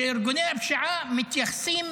שארגוני הפשיעה מתייחסים